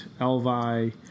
Elvi